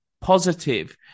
positive